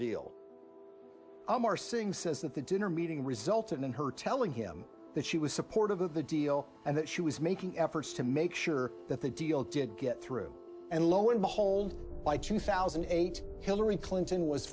deal amar singh says that the dinner meeting resulted in her telling him that she was supportive of the deal and that she was making efforts to make sure that the deal did get through and lo and behold by two thousand and eight hillary clinton was